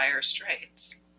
straits